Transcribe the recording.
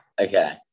okay